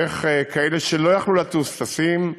איך כאלה שלא יכלו לטוס, טסים,